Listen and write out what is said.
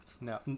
No